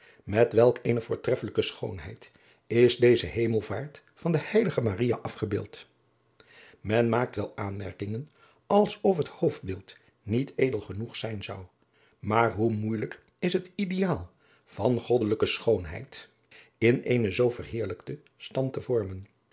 met welk eene voortreffelijke schoonheid is deze hemelvaart van de heilige maria afgebeeld men maakt wel aanmerkingen als of het hoofdbeeld niet edel genoeg zijn zou maar hoe moeijelijk is het ideaal van goddelijke schoonheid in eenen zoo verheerlijkten stand te vormen